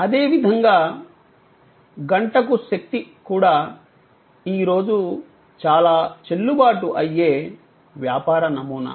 అదేవిధంగా గంటకు శక్తి కూడా ఈ రోజు చాలా చెల్లుబాటు అయ్యే వ్యాపార నమూనా